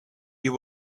you